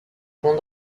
bande